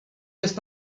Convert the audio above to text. jest